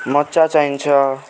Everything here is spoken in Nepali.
मोजा चाहिन्छ